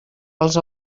els